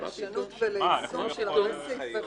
לפרשנות וליישום של אותו סעיף בחוק.